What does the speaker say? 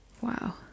Wow